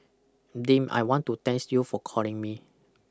Deem I want to thanks you for calling me